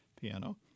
piano